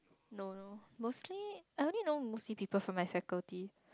no no mostly I only know mostly people from my faculty